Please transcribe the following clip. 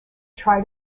tried